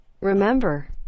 remember